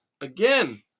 again